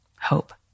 hope